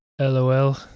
LOL